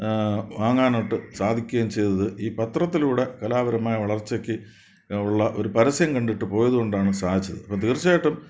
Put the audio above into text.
വാങ്ങാനായിട്ട് സാധിക്കുകയും ചെയ്തത് ഈ പത്രത്തിലൂടെ കലാപരമായ വളർച്ചയ്ക്ക് ഉള്ള ഒരു പരസ്യം കണ്ടിട്ടു പോയതു കൊണ്ടാണ് സാധിച്ചത് അപ്പം തീർച്ചയായിട്ടും